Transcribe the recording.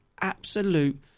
absolute